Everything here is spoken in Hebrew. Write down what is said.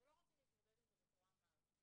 אבל לא רוצים להתמודד עם זה בצורה המערכתית.